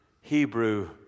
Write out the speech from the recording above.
Hebrew